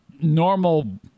normal